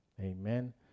Amen